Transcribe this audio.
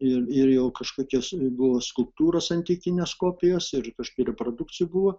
ir ir jau kažkokios buvo skulptūros antikinės kopijos ir kažkur produkcija buvo